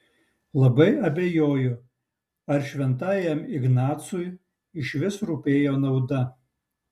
labai abejoju ar šventajam ignacui išvis rūpėjo nauda